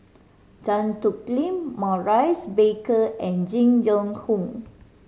Tan Thoon Lip Maurice Baker and Jing Jun Hong